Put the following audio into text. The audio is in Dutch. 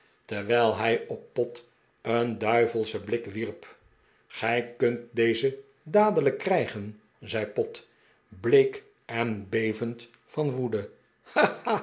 terwijl hij op pott een duivelschen blik wierp gij kunt deze dadelijk krijgen zei pott bleek en bevend van woede